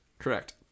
Correct